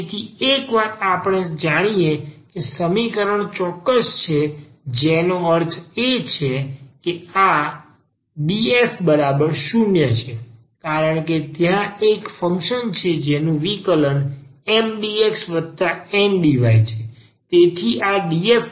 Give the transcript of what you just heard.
તેથી એક વાત આપણે જાણીએ કે સમીકરણ ચોક્કસ છે જેનો અર્થ એ છે કે આ df 0 છે કારણ કે ત્યાં એક ફંક્શન છે જેનું વિકલન આ MdxNdy છે